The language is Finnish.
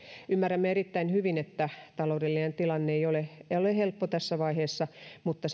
ymmärrämme erittäin hyvin että taloudellinen tilanne ei ole helppo tässä vaiheessa mutta